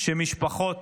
שמשפחות